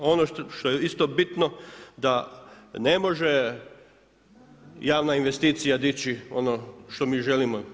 Ono što je isto bitno da ne može javna investicija dići ono što mi želimo.